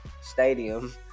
Stadium